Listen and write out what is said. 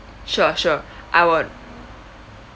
sure sure I would